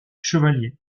chevalier